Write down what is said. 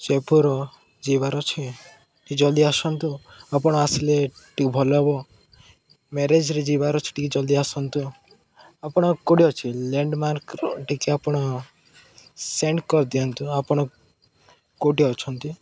ସେପୁର ଯିବାର ଅଛି ଟିକେ ଜଲ୍ଦି ଆସନ୍ତୁ ଆପଣ ଆସିଲେ ଟିକେ ଭଲ ହବ ମ୍ୟାରେଜ୍ରେ ଯିବାର ଅଛି ଟିକେ ଜଲ୍ଦି ଆସନ୍ତୁ ଆପଣ କେଉଁଠି ଅଛି ଲ୍ୟାଣ୍ଡମାର୍କର ଟିକେ ଆପଣ ସେଣ୍ଡ କରିଦିଅନ୍ତୁ ଆପଣ କେଉଁଠି ଅଛନ୍ତି